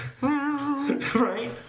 Right